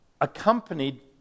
accompanied